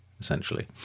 essentially